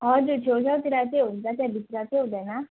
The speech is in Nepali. हजुर छेउछाउतिर चाहिँ हुन्छ त्यहाँ भित्र चाहिँ हुँदैन